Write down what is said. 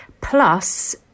plus